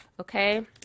Okay